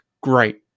Great